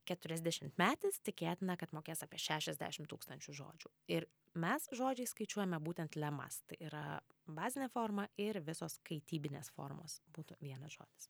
keturiasdešimtmetis tikėtina kad mokės apie šešiasdešim tūkstančių žodžių ir mes žodžiais skaičiuojame būtent lemas tai yra bazinė forma ir visos kaitybinės formos būtų vienas žodis